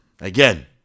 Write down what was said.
Again